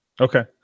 Okay